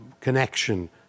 connection